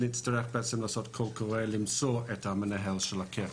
אנחנו נצטרך להוציא קול קורא כדי למצוא את מנהל הקרן.